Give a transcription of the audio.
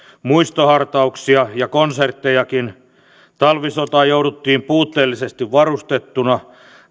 muistohartauksia ja konserttejakin talvisotaan jouduttiin puutteellisesti varustettuna